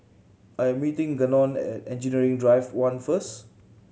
I am meeting Gannon at Engineering Drive One first